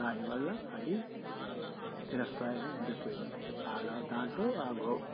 దానివల్ల అది చిరస్థాయిగా ఉండిపోయింది అలా దాంట్లో